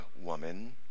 woman